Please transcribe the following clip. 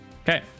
Okay